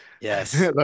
yes